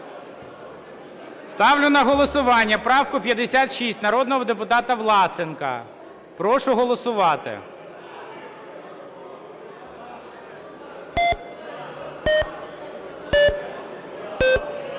Ставлю на голосування правка 56 народного депутата Власенка. Прошу голосувати.